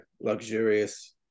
luxurious